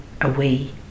away